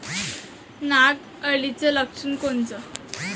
नाग अळीचं लक्षण कोनचं?